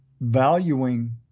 valuing